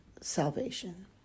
salvation